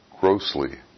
grossly